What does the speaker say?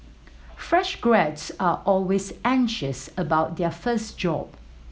fresh grads are always anxious about their first job